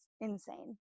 insane